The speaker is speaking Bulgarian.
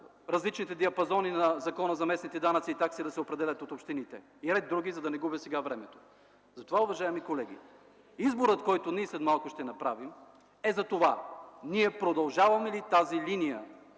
различните диапазони на Закона за местните данъци и такси да се определят от общините и ред други, за да не губя време сега. Уважаеми колеги, изборът, който ние след малко ще направим, е за това: ние продължаваме ли тази линия